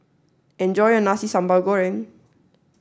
enjoy your Nasi Sambal Goreng